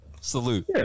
Salute